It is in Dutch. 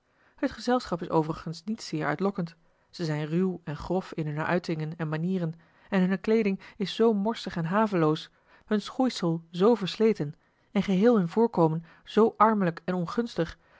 het gezelschap is overigens niet zeer uitlokkend ze zijn ruw en grof in hunne uitingen en manieren en hunne kleeding is zoo morsig en haveloos hun schoeisel zoo versleten en geheel hun voorkomen zoo armelijk en ongunstig